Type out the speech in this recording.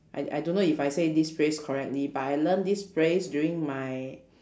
I I don't know if I say this phrase correctly but I learn this phrase during my